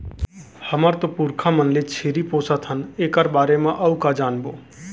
हमर तो पुरखा मन ले छेरी पोसत हन एकर बारे म अउ का जानबो?